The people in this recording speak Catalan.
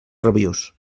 rabiós